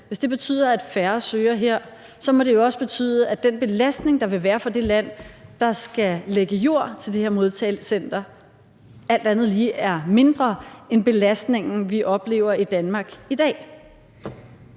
vil betyde, at færre søger asyl her, må det jo også betyde, at den belastning, der vil være for det land, der skal lægge jord til det her modtagecenter, alt andet lige er mindre end den belastning, vi oplever i Danmark i dag.